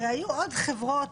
הרי היו עוד חברות